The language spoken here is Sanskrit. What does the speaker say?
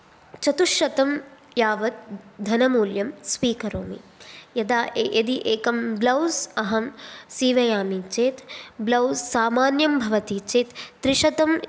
चतुश्शतं यावद् धनमूल्यं स्वीकरोमि यदा यदि एकम् ब्लौस् अहं सीवयामि चेत् ब्लौस् सामान्यं भवति चेत् त्रिशतं